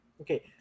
Okay